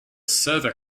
server